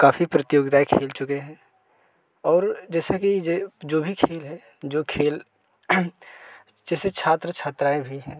काफ़ी प्रतियोगिताएँ खेल चुके हैं और जैसे कि जो भी खेल है जो खेल जैसे छात्र छात्राएँ भी हैं